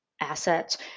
assets